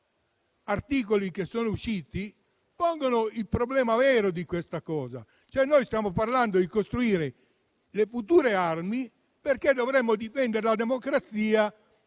articoli che sono usciti pongono il problema vero: noi stiamo parlando di costruire le future armi, perché dovremo difendere la democrazia